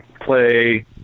play